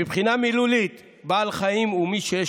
מבחינה מילולית "בעל חיים" הוא מי שיש